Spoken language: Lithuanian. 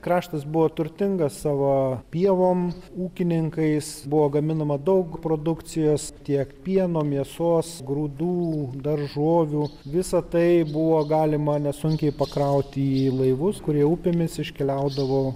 kraštas buvo turtingas savo pievom ūkininkais buvo gaminama daug produkcijos tiek pieno mėsos grūdų daržovių visa tai buvo galima nesunkiai pakrauti į laivus kurie upėmis iškeliaudavo